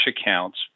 accounts